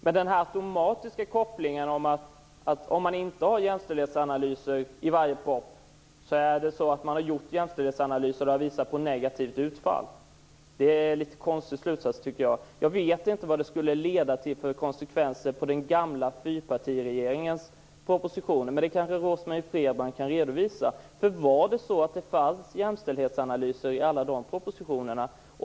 Men den automatiska kopplingen här - om det inte finns jämställdhetsanalyser i varje proposition skulle gjorda jämställdhetsanalyser visa på ett negativt utfall - tycker jag är en något konstig slutsats. Jag vet inte vilka konsekvenserna skulle bli när det gäller den gamla fyrpartiregeringens propositioner, men det kan Rose-Marie Frebran kanske redovisa. Fanns det jämställdhetsanalyser i alla de propositionerna?